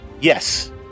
yes